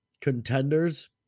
contenders